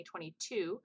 2022